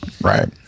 Right